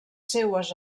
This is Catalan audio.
seues